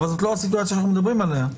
אבל זאת לא הסיטואציה שאנחנו מדברים עליה.